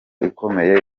ikomeye